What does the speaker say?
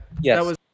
Yes